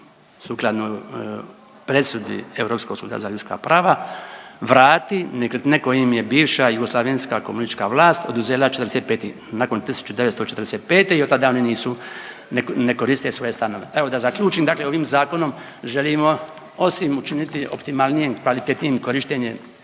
sukladno presudi Europskog suda za ljudska prava vrati nekretnine koje im je bivša jugoslavenska komunistička vlast oduzela nakon 1945. i otada oni nisu, ne, ne koriste svoje stanove. Evo da zaključim, dakle ovim zakonom želimo osim učiniti optimalnijim i kvalitetnijim korištenje